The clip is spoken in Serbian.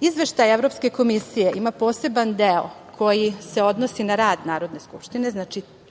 izveštaj Evropske komisije ima poseban deo koji se odnosi na rad Narodne skupštine, znači